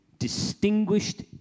distinguished